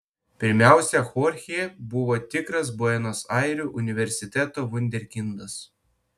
pirmiausia chorchė buvo tikras buenos airių universiteto vunderkindas